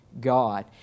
God